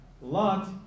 Lot